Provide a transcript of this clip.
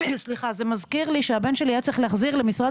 זה מזכיר לי שהבן שלי היה צריך להחזיר למשרד